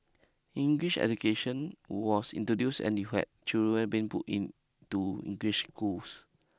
English education was introduced and you had children being put into English schools